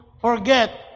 forget